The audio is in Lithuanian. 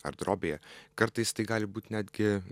ar drobėje kartais tai gali būt netgi